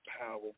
power